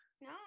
no